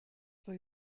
for